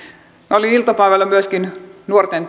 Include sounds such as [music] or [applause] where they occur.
olin iltapäivällä myöskin tämmöisessä nuorten [unintelligible]